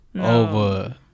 over